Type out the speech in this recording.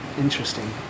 Interesting